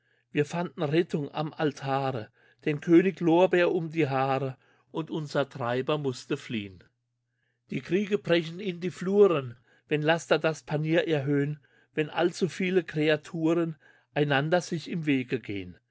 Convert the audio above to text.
wir fanden rettung am altare den könig lorbeer um die haare und unser treiber musste fliehn die kriege brechen in die fluten wenn laster das panier erhöhn wenn allzu viele kreaturen einander sich im wege gehen